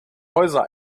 häuser